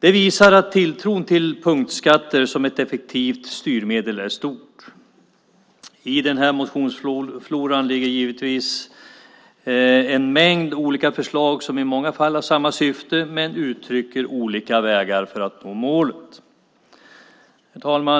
Det visar att tilltron till punktskatter som ett effektivt styrmedel är stark. I den här motionsfloran ligger givetvis en mängd olika förslag som i många fall har samma syfte men uttrycker olika vägar för att nå målet. Herr talman!